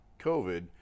COVID